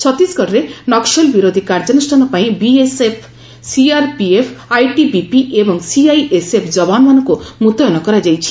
ଛତିଶଗଡ଼ରେ ନକ୍କଲ ବିରୋଧୀ କାର୍ଯ୍ୟାନୁଷ୍ଠାନ ପାଇଁ ବିଏସ୍ଏଫ୍ ସିଆର୍ପିଏଫ୍ ଆଇଟିବିପି ଏବଂ ସିଆଇଏସ୍ଏଫ୍ ଯବାନମାନଙ୍କୁ ମୁତୟନ କରାଯାଇଛି